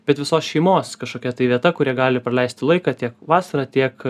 bet visos šeimos kažkokia tai vieta kur jie gali praleisti laiką tiek vasarą tiek